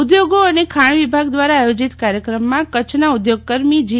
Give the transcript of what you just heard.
ઉધોગ અને ખાણ વિભાગ દ્રારા આયોજિત કાર્યક્રમમાં કચ્છના ઉધોગકર્મી જી